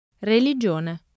Religione